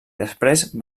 després